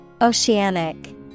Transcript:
Oceanic